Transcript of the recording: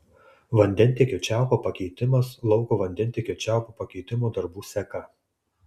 vandentiekio čiaupo pakeitimas lauko vandentiekio čiaupo pakeitimo darbų seka